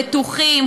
בטוחים,